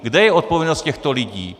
Kde je odpovědnost těchto lidí?